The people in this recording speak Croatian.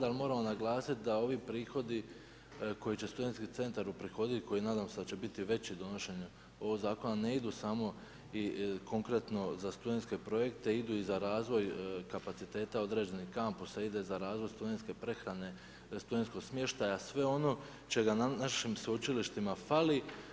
Ali, moramo naglasiti, da ovi prihodi, koji će studentski centar uprihoditi, koji nadam se da će biti veći u donošenju ovog zakona, ne idu, samo korektno za studentske projekta, idu i za razvoj kapaciteta, određenih kampusa, ide za razvoj studentske prehrane, za studenskog smještaja, sve ono što čega na našim sveučilištima fali.